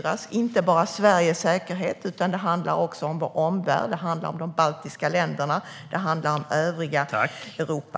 Det handlar inte bara om Sveriges säkerhet utan också om vår omvärld: de baltiska länderna och övriga Europa.